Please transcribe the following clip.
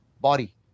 body